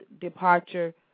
departure